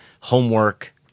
homework